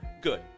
good